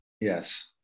Yes